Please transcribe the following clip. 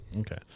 Okay